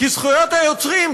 כי זכויות היוצרים,